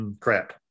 crap